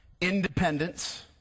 independence